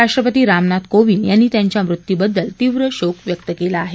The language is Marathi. राष्ट्रपती रामनाथ कोविंद यांनी त्यांच्या मृत्यूबद्दल तीव्र शोक व्यक्त केला आहे